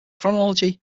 chronology